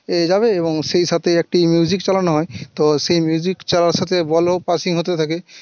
পেয়ে যাবে এবং সেই সাথে একটি মিউজিক চালানো হয় তো সেই মিউজিক চালানোর সাথে বলও পাসিং হতে থাকে